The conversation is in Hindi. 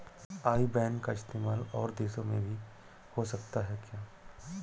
आई बैन का इस्तेमाल और देशों में भी हो सकता है क्या?